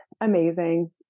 Amazing